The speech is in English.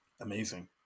amazing